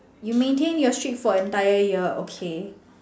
you maintain your streak for an entire year okay